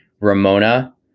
Ramona